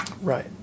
right